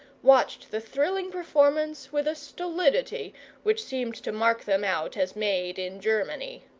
watched the thrilling performance with a stolidity which seemed to mark them out as made in germany.